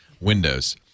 windows